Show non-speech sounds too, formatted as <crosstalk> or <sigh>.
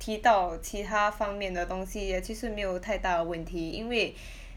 提到其他方面的东西也其实没有太大问题因为 <breath>